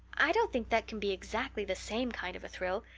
i don't think that can be exactly the same kind of a thrill.